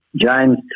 James